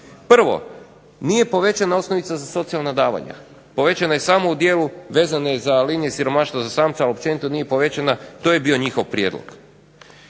Prvo, nije povećana osnovica za socijalna davanja, povećana je samo u dijelu vezano za linije siromaštva, to je bio njihov prijedlog.